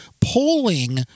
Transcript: polling